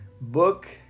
Book